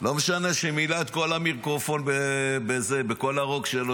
לא משנה שמילא את כל המיקרופון בכל הרוק שלו,